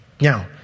Now